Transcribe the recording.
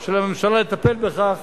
של הממשלה לטפל בכך